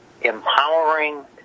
empowering